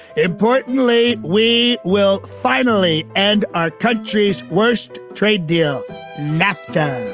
importantly, we will finally end our country's worst trade deal masto